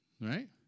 right